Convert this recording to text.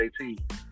JT